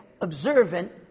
observant